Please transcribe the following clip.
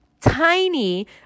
tiny